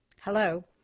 Hello